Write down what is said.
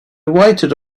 waited